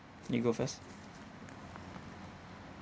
you go first